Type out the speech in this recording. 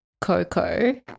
Coco